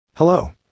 Hello